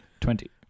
Twenty